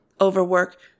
Overwork